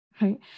right